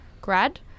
grad